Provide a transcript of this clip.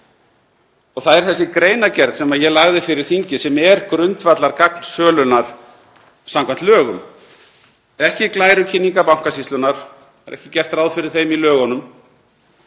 Það er þessi greinargerð sem ég lagði fyrir þingið sem er grundvallargagn sölunnar samkvæmt lögum, ekki glærukynningar Bankasýslunnar — ekki er gert ráð fyrir þeim í lögunum